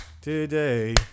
today